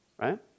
right